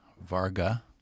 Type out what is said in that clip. Varga